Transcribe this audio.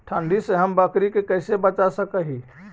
ठंडी से हम बकरी के कैसे बचा सक हिय?